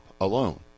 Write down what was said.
alone